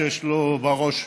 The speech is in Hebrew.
שבראש,